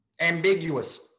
Ambiguous